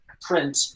print